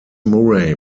murray